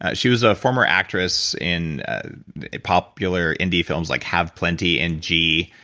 ah she was a former actress in popular indie films like hav plenty and g,